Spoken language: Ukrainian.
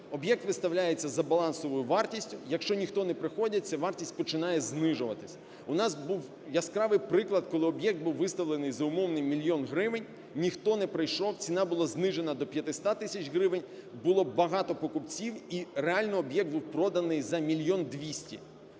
об'єкт виставляється за балансовою вартістю, якщо ніхто не приходить, ця вартість починає знижуватися. У нас був яскравий приклад, коли об'єкт був виставлений за умовний мільйон гривень – ніхто не прийшов, ціна була знижена до 500 тисяч гривень – було багато покупців і реально об'єкт був проданий за мільйон 200.